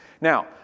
Now